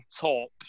top